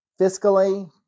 Fiscally